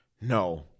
No